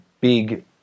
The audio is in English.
big